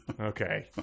Okay